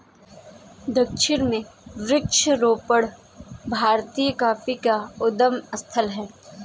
दक्षिण में वृक्षारोपण भारतीय कॉफी का उद्गम स्थल है